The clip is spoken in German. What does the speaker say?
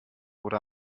oder